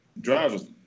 drivers